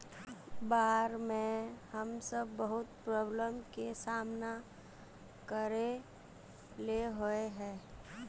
बाढ में हम सब बहुत प्रॉब्लम के सामना करे ले होय है?